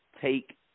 take